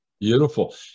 Beautiful